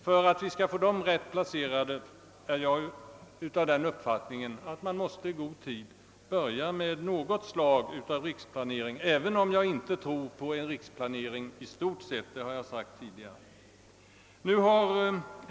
För att vi skall få dessa värmeverk rätt placerade måste vi i god tid börja med något slag av riksplanering, även om jag inte tror på en riksplanering i stort — det har jag sagt tidigare.